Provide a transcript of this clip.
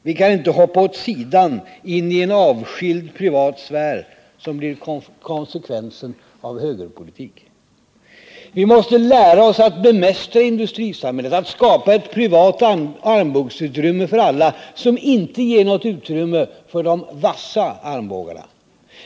Vi kan inte hoppa åt sidan in i en avskild privat sfär, som blir konsekvensen av högerpolitik. Vi måste lära oss att bemästra industrisamhället, att skapa ett privat armbågsutrymme för alla, som inte ger något utrymme för de vassa armbågarna.